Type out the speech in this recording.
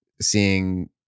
seeing